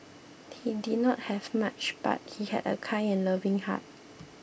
he did not have much but he had a kind and loving heart